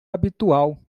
habitual